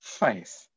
faith